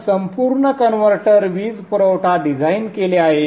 तर संपूर्ण कन्व्हर्टर वीज पुरवठा डिझाइन केले आहे